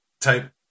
type